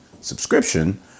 subscription